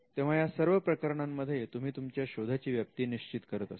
तेव्हा या सर्व प्रकरणांमध्ये तुम्ही तुमच्या शोधाची व्याप्ती निश्चित करत असता